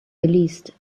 geleast